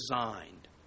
designed